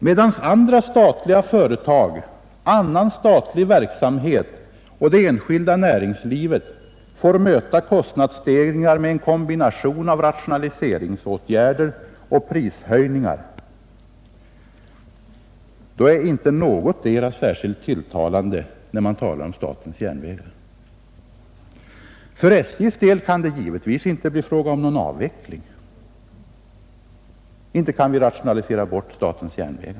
Medan andra statliga företag, annan statlig verksamhet och det enskilda näringslivet får möta kostnadsstegringar med en kombination av rationaliseringsåtgärder och prishöjningar är detta inte något särskilt tilltalande när det gäller statens järnvägar. För SJ:s del kan det givetvis inte bli fråga om någon avveckling.